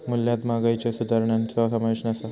मूल्यात महागाईच्यो सुधारणांचो समावेश नसा